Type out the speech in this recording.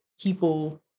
people